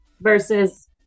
versus